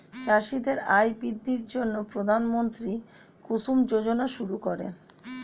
চাষীদের আয় বৃদ্ধির জন্য প্রধানমন্ত্রী কুসুম যোজনা শুরু করেন